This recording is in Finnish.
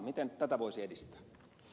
miten tätä voisi edistää